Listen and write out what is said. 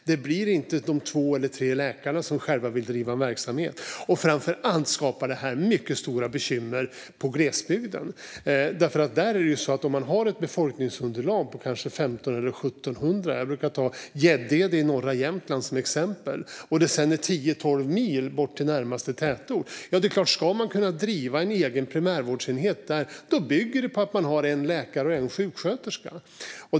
Det blir inte de två eller tre läkare som själva vill driva en verksamhet. Framför allt skapar detta mycket stora bekymmer på glesbygden. Jag brukar ta Gäddede i norra Jämtland som exempel. Där har man ett befolkningsunderlag på kanske 1 500 eller 1 700, och närmaste tätort ligger tio tolv mil bort. Om man ska kunna driva en egen primärvårdsenhet där bygger det såklart på att man har en läkare och en sjuksköterska.